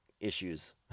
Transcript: issues